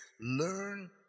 Learn